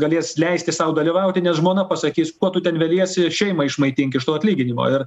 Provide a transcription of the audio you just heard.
galės leisti sau dalyvauti nes žmona pasakys kuo tu ten veliesi šeimą išmaitink iš to atlyginimo ir